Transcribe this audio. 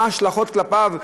מה ההשלכות כלפיו,